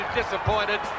disappointed